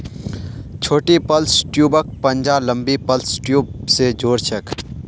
छोटी प्लस ट्यूबक पंजा लंबी प्लस ट्यूब स जो र छेक